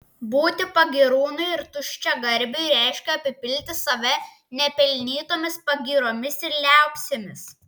būti pagyrūnui ir tuščiagarbiui reiškia apipilti save nepelnytomis pagyromis ir liaupsėmis